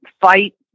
fight